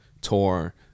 tour